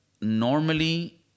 normally